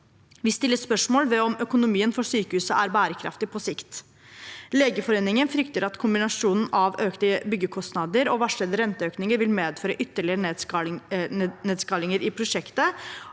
Vi stiller spørsmål ved om økonomien for sykehuset er bærekraftig på sikt. Legeforeningen frykter at kombinasjonen av økte byggekostnader og varslede renteøkninger vil medføre ytterligere nedskaleringer i prosjektet,